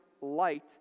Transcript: light